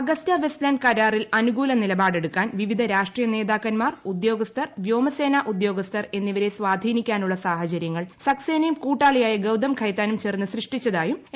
Agusta Westland കരാറിൽ അനുകൂല നിലപാടെടുക്കാൻ വിവിധ രാഷ്ട്രീയ നേതാക്കന്മാർ ഉദ്യോഗസ്ഥർ വ്യോമസേന ഉദ്യോഗസ്ഥർ എന്നിവരെ സ്വാധീനിക്കാനുള്ള സാഹചര്യങ്ങൾ സക്സേനയും കൂട്ടാളിയായ ഗൌതം വൈത്താനും ചേർന്ന് സൃഷ്ടിച്ചതായും ഇ